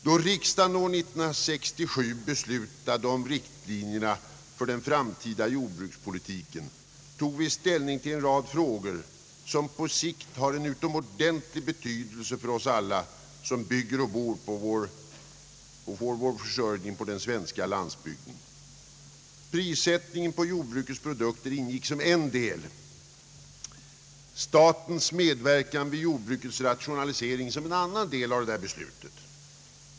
Då riksdagen år 1967 beslutade om riktlinjerna för den framtida jordbrukspolitiken tog vi ställning till en rad frågor, som på sikt har en utomordentlig betydelse för oss alla som bygger och bor och har vår försörjning på den svenska landsbygden. Prissättningen på jordbrukets produkter ingick som en del av beslutet. Statens medverkan vid jordbrukets rationalisering som en annan.